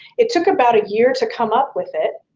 it took about a year to come up with it